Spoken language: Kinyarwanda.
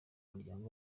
muryango